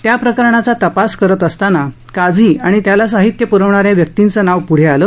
त्याप्रकरणाचा तपास करत असताना काझी आणि त्याला साहित्य पुरवणा या व्यक्तीचं नाव पुढं आलं